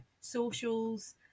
socials